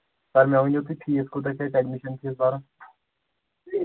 سَر مےٚ ؤنِو تُہۍ فیٖس کوٗتاہ چھُ اَتہِ ایٚڈمِشَن فیٖس بَرُن